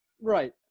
right